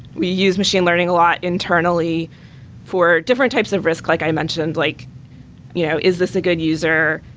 we use machine learning a lot internally for different types of risk, like i mentioned, like you know is this a good user?